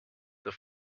the